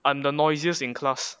I'm the noisiest in class